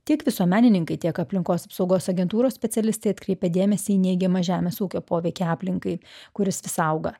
tiek visuomenininkai tiek aplinkos apsaugos agentūros specialistai atkreipia dėmesį į neigiamą žemės ūkio poveikį aplinkai kuris vis auga